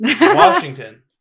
washington